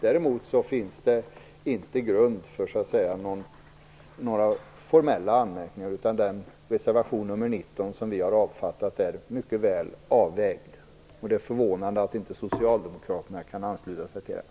Däremot finns det inte grund för några formella anmärkningar, utan den reservation, nr 19, som vi har författat är mycket väl avvägd. Det är förvånande att socialdemokraterna inte kan ansluta sig till den.